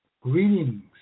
greetings